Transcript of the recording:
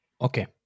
Okay